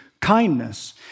kindness